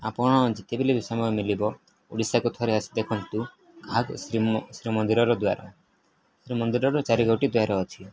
ଆପଣ ଯେତେବେଳେ ବି ସମୟ ମିଳିବ ଓଡ଼ିଶାକୁ ଥରେ ଆସି ଦେଖନ୍ତୁ କାହାକୁ ଶ୍ରୀମନ୍ଦିରର ଦ୍ୱାର ଶ୍ରୀମନ୍ଦିରର ଚାରି ଗୋଟି ଦ୍ୱାର ଅଛି